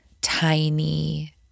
tiny